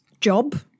job